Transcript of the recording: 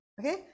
okay